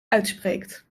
uitspreekt